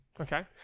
Okay